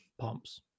pumps